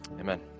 Amen